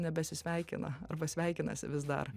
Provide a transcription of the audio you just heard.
nebesisveikina arba sveikinasi vis dar